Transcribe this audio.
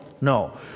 no